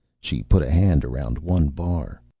she put a hand around one bar.